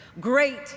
Great